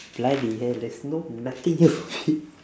bloody hell there's no nothing here for me